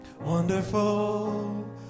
wonderful